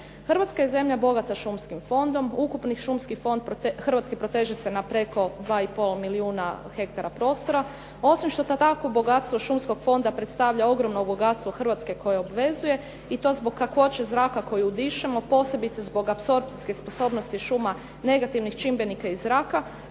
Hrvatska je zemlja bogata šumskim fondom. Ukupni šumski fond Hrvatske proteže se na oko 2,5 milijuna hektara prostora. Osim što takvo bogatstvo šumskog fonda predstavlja ogromno bogatstvo Hrvatske koje obvezuje i to zbog kakvoće zraka koji udišemo posebice zbog absorbcijske sposobnosti šuma negativnih čimbenika iz zraka